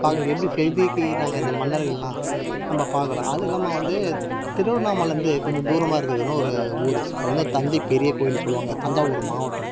பாருங்கள் எப்படி செதிக்கிக்குறாங்கள் இந்த மன்னர்கள்லாம் நம்ம பார்க்குறோம் அது இல்லாமல் வந்து திருவண்ணாமலலேருந்து கொஞ்சம் தூரமாக இருக்குது இன்னொரு ஊர் அது வந்து தஞ்சை பெரிய கோயில் சொல்லுவாங்கள் தஞ்சாவூர் மாவட்டம்